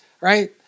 right